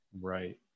Right